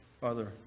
Father